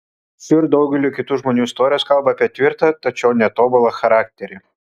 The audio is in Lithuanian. šių ir daugelio kitų žmonių istorijos kalba apie tvirtą tačiau netobulą charakterį